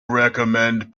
recommend